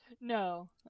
no